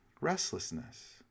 Restlessness